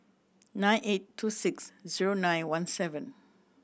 nine eight two six zero nine one seven